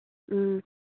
ꯎꯝ